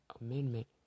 Amendment